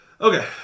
Okay